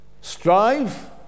Strive